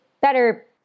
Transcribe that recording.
better